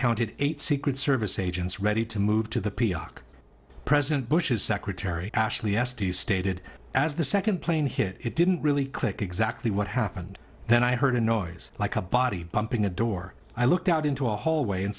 counted eight secret service agents ready to move to the president bush's secretary ashley estes stated as the second plane hit it didn't really click exactly what happened then i heard a noise like a body bumping the door i looked out into a hallway and